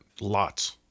lots